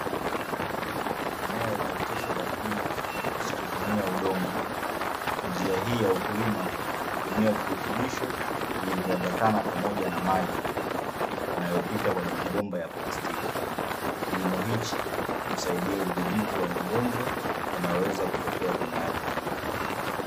Mimea iliyooteshwa kwa kilimo kisichotumia udongo. Njia hii ya ukulima hutumia virutubisho vilivyoambatana pamoja na maji, yanayopita kwenye mabomba ya plastiki. Kilimo hichi husaidia udhibiti wa magonjwa yanayoweza kutokea kwenye ardhi.